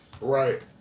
Right